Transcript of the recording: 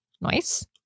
Nice